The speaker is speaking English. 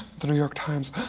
the new york times,